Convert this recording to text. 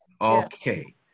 okay